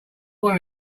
want